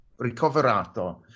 Ricoverato